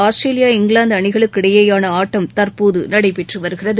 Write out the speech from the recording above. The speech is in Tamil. ஆஸ்திரேலியா இங்கிலாந்து அணிகளுக்கு இடையேயான ஆட்டம் தற்போது நடைபெற்று வருகிறது